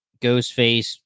Ghostface